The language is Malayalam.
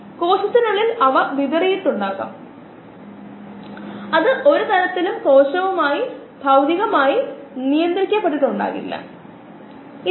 സബ്സ്ട്രേറ്റുകൾ ഒരു സബ്സ്ട്രേറ്റ് എന്താണെന്ന് നമ്മൾ ഇതിനകം കണ്ടു ഇപ്പോൾ വിശദമായി കോശങ്ങളുടെ വർധനയിലൂടെയും ബയോ ഉൽപ്പന്നങ്ങളിലൂടെയും കോശങ്ങളിലേക്കു പരിവർത്തനം ചെയ്യുന്നത് നമ്മൾ കാണും